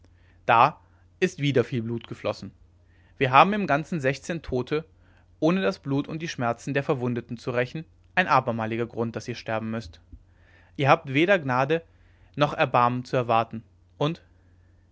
da ist wieder viel blut geflossen wir haben im ganzen sechzehn tote ohne das blut und die schmerzen der verwundeten zu rächen ein abermaliger grund daß ihr sterben müßt ihr habt weder gnade noch erbarmen zu erwarten und